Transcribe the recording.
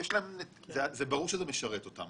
זה ברור שזה משרת אותם.